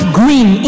green